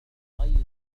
البيض